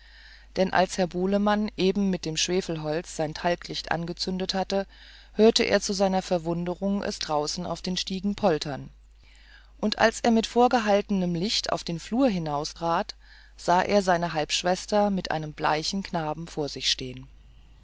denn als herr bulemann eben mit dem schwefelholz sein talglicht angezündet hatte hörte er zu seiner verwunderung es draußen auf den stiegen poltern und als er mit vorgehaltenem licht auf den flur hinaustrat sah er seine halbschwester mit einem bleichen knaben vor sich stehen